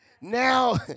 Now